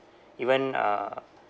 even uh